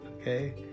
okay